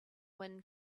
wind